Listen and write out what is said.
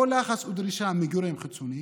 או של לחץ ודרישה מגורם חיצוני